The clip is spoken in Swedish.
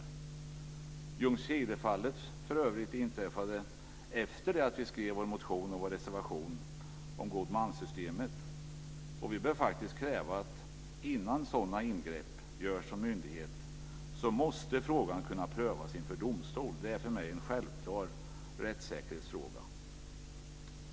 Ljungskilefallet inträffade för övrigt efter det att vi skrev vår motion och vår reservation om god man-systemet. Vi bör faktiskt kräva att frågan prövas inför domstol innan sådana ingrepp görs av en myndighet. Det är för mig en självklar rättssäkerhetsfråga.